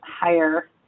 higher